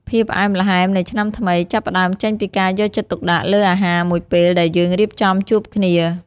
ភាពផ្អែមល្ហែមនៃឆ្នាំថ្មី ចាប់ផ្ដើមចេញពីការយកចិត្តទុកដាក់លើអាហារមួយពេលដែលយើងរៀបចំជួបគ្នា។